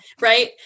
right